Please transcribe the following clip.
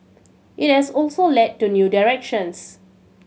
it has also led to new directions